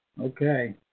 okay